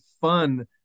fun